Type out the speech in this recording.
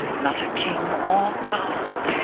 not a king or god,